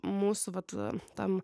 mūsų vat e tam